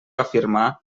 afirmar